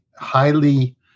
highly